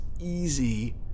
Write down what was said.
easy